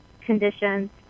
conditions